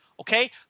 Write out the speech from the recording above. okay